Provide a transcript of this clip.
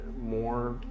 more